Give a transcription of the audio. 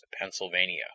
Pennsylvania